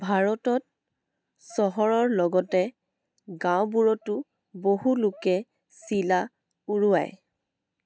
ভাৰতত চহৰৰ লগতে গাঁওবোৰতো বহু লোকে চিলা উৰুৱায়